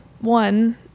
one